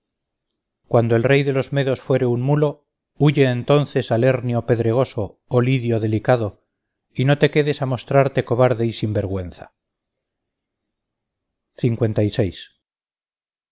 cuando el rey de los medos fuere un mulo huye entonces al hernio pedregoso oh lidio delicado y no te quedes a mostrarte cobarde y sin vergüenza cuando estos